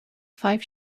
five